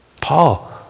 Paul